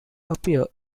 appear